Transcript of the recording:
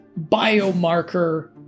biomarker